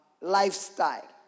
lifestyle